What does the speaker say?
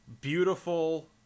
beautiful